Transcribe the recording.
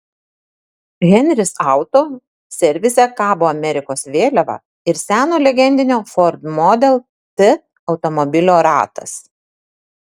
henris auto servise kabo amerikos vėliava ir seno legendinio ford model t automobilio ratas